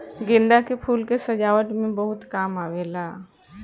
गेंदा के फूल के सजावट में बहुत काम आवेला